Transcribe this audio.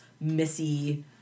Missy